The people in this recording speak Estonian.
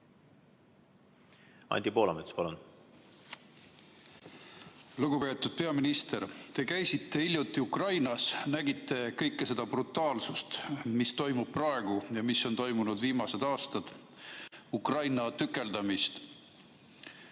Anti Poolamets, palun! Lugupeetud peaminister! Te käisite hiljuti Ukrainas, nägite kõike seda brutaalsust, mis toimub praegu ja on toimunud viimased aastad, Ukraina tükeldamist.